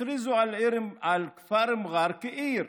הכריזו על כפר מע'אר כעיר,